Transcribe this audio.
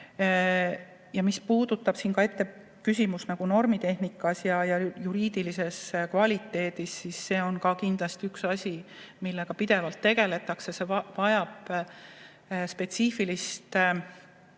Mis puudutab küsimust normitehnikast ja juriidilisest kvaliteedist, siis see on ka kindlasti üks asi, millega pidevalt tegeldakse, see vajab spetsiifilist ettevalmistust.